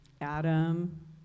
Adam